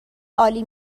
عالی